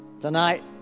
tonight